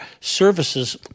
services